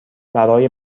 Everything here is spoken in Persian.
برای